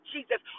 Jesus